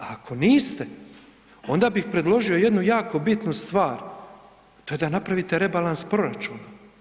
A ako niste onda bi predložio jednu jako bitnu stvar to je da napravite rebalans proračuna.